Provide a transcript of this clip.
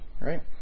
right